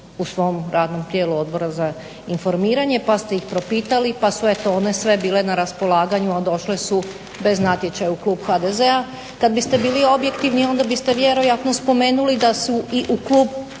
u svom radnom tijelu Odbora za informiranje pa ste ih propitali pa su eto one sve bile na raspolaganju, a došle su bez natječaja u klub HDZ-a. Kad biste bili objektivni onda biste vjerojatno spomenuli da su i u klub